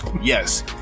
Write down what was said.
yes